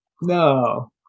No